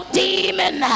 demon